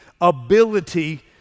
ability